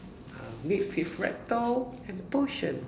uh mix with reptile and potion